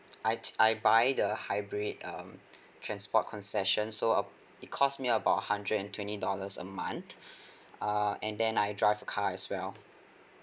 I I buy the hybrid um transport concession so uh it because me about hundred and twenty dollars a month err and then I drive a car as well